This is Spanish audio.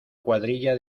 cuadrilla